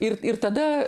ir ir tada